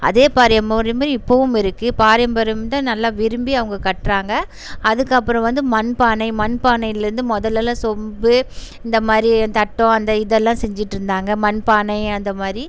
அதே பாரம்பரியமே இப்பவும் இருக்குது பாரம்பரியம் தான் நல்லா விரும்பி அவங்க கட்டுறாங்க அதுக்கப்புறம் வந்து மண்பானை மண்பானைலேருந்து முதல்லலாம் சொம்பு இந்தமாதிரி தட்டம் அந்த இதெல்லாம் செஞ்சுகிட்ருந்தாங்க மண்பானை அந்தமாதிரி